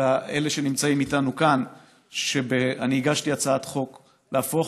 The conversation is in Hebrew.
לאלה שנמצאים איתנו כאן שהגשתי הצעת חוק להפוך